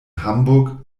hamburg